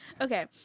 Okay